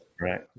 Right